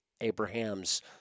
Abraham's